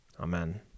Amen